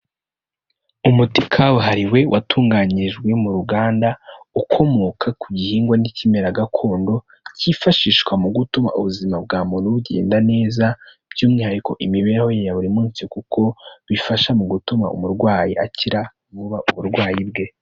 Umuti kabuhariwe watunganyirijwe mu ruganda, ukomoka ku gihingwa n'ikimera gakondo cyifashishwa mu gutuma ubuzima bwa muntu bugenda neza, by'umwihariko imibereho ye ya buri munsi kuko bifasha mu gutuma umurwayi akira vuba uburwayi bwe.